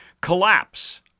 Collapse